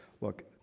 Look